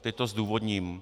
Teď to zdůvodním.